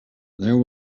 there